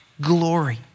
glory